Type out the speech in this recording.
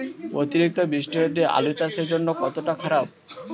অতিরিক্ত বৃষ্টি হলে আলু চাষের জন্য কতটা খারাপ?